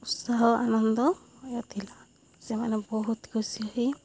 ସହ ଆନନ୍ଦ ଥିଲା ସେମାନେ ବହୁତ ଖୁସି ହୋଇ